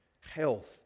health